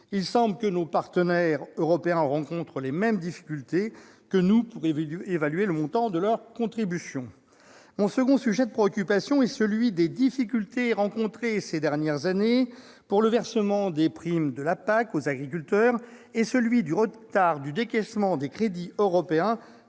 Il semble que nos partenaires européens se heurtent aux mêmes difficultés que nous pour évaluer le montant de leur contribution. La seconde inquiétude est suscitée par les difficultés rencontrées, ces dernières années, pour le versement des primes de la PAC aux agriculteurs et par le retard du décaissement des crédits européens